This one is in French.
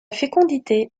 fécondité